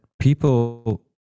people